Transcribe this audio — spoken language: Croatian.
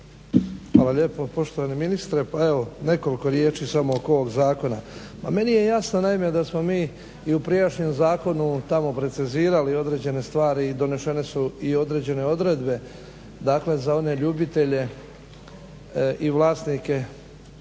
Hvala lijepo poštovani ministre. Pa, evo nekoliko riječi samo oko ovog zakona. Pa meni je jasno naime da smo mi i u prijašnjem zakonu, tamo precizirali određene stvari i donesene su i određene odredbe, dakle za one ljubitelje i vlasnike